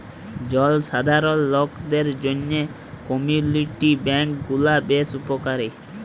জলসাধারল লকদের জ্যনহে কমিউলিটি ব্যাংক গুলা বেশ উপকারী